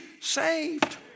saved